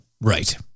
Right